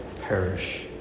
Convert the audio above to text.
perish